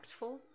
impactful